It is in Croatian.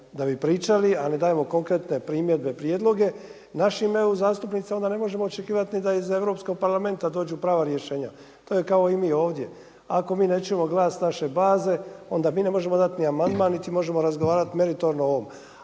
da bi pričali a ne dajemo konkretne primjedbe, prijedloge, našim eu-zastupnicima onda ne možemo očekivati ni da iz Europskog parlamenta dođu prava rješenja. To je kao i mi ovdje, ako mi ne čujemo glas naše baze, onda mi ne možemo dati ni amandman niti možemo razgovarati meritorno o ovom.